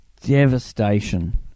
devastation